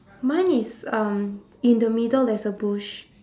mine is um in the middle there's a bush